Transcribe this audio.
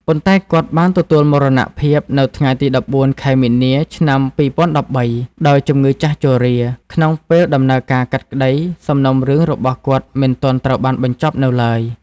ប៉ុន្តែគាត់ បានទទួលមរណភាពនៅថ្ងៃទី១៤ ខែមីនា ឆ្នាំ ២០១៣ ដោយជំងឺចាស់ជរា ក្នុងពេលដំណើរការកាត់ក្តីសំណុំរឿងរបស់គាត់មិន ទាន់ត្រូវបានបញ្ចប់នៅឡើយ ។